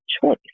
choice